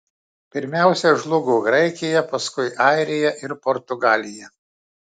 pirmiausia žlugo graikija paskui airija ir portugalija